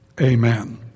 Amen